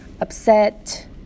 upset